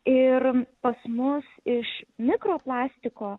ir pas mus iš mikro plastiko